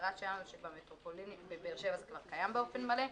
המטרה שלנו שבמטרופולינים בבאר-שבע כבר קיים באופן מלא.